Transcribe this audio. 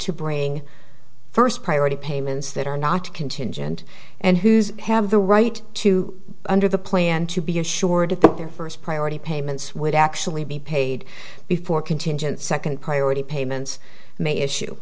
to bring first priority payments that are not contingent and whose have the right to under the plan to be assured that their first priority payments would actually be paid before contingent second priority payments may issue